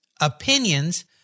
opinions